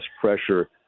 pressure